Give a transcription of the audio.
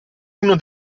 uno